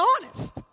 honest